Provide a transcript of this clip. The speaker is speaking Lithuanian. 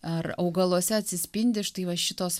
ar augaluose atsispindi štai va šitos